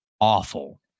awful